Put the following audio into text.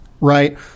Right